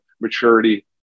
maturity